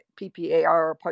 ppar